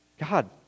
God